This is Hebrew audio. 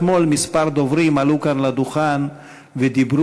אתמול כמה דוברים עלו כאן לדוכן ודיברו,